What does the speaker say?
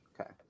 Okay